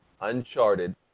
Uncharted